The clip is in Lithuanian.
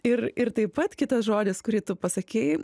ir ir taip pat kitas žodis kurį tu pasakei